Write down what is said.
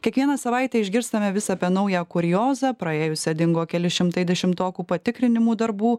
kiekvieną savaitę išgirstame vis apie naują kuriozą praėjusią dingo keli šimtai dešimtokų patikrinimų darbų